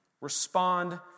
Respond